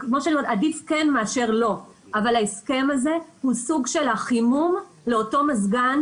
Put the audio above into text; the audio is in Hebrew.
כמו שאני אומרת עדיף כן מאשר לא הוא סוג של חימום לאותו מזגן,